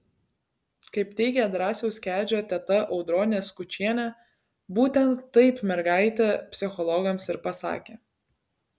kaip teigia drąsiaus kedžio teta audronė skučienė būtent taip mergaitė psichologams ir pasakė